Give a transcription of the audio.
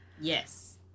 yes